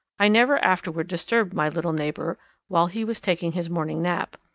i never afterward disturbed my little neighbour while he was taking his morning nap.